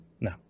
No